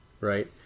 Right